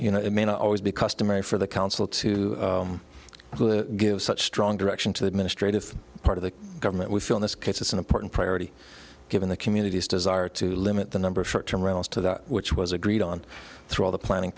you know it may not always because to marry for the council to give such strong direction to the administrative part of the government we feel in this case it's an important priority given the community's desire to limit the number of short term rounds to that which was agreed on through all the planning